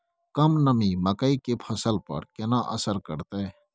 कम नमी मकई के फसल पर केना असर करतय?